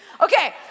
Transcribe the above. Okay